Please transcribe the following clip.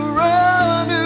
run